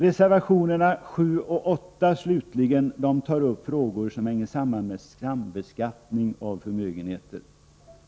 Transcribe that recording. Reservationerna 7 och 8 slutligen tar upp frågor som hänger samman med sambeskattningen av förmögenheter.